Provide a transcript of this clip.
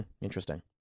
Interesting